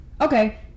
Okay